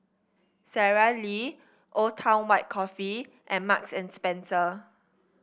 Sara Lee Old Town White Coffee and Marks and Spencer